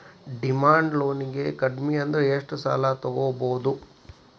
Demand ಲೊನಿಗೆ ಕಡ್ಮಿಅಂದ್ರ ಎಷ್ಟ್ ಸಾಲಾ ತಗೊಬೊದು?